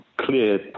clear